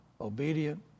obedient